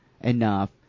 enough